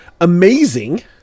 amazing